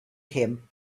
him